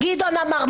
גדעון אמר?